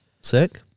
Sick